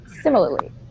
similarly